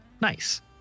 nice